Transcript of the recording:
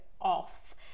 off